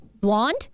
Blonde